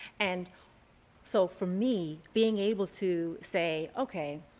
and so for me, being able to say, okay,